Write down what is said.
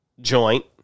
joint